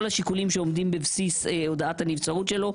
השיקולים שעומדים בבסיס הודעת הנבצרות שלו,